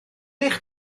eich